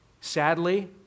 Sadly